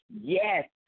yes